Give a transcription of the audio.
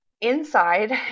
inside